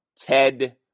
Ted